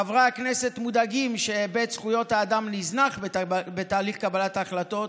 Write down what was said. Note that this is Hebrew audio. חברי הכנסת מודאגים שהיבט זכויות האדם נזנח בתהליך קבלת ההחלטות,